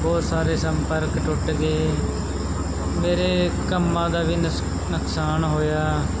ਬਹੁਤ ਸਾਰੇ ਸੰਪਰਕ ਟੁੱਟ ਗਏ ਮੇਰੇ ਕੰਮਾਂ ਦਾ ਵੀ ਨਸ ਨੁਕਸਾਨ ਹੋਇਆ